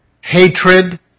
hatred